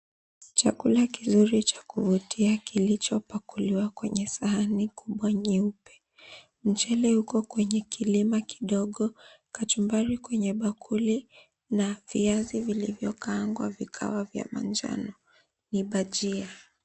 Chakula kizuri cha kuvutia kilichopakuliwa kwenye sahani kubwa nyeupe. Mchele uko kwenye kilima kidogo, kachumbari kwenye bakuli na viazi vilivyokaangwa vikawa vya manjano ni bajia.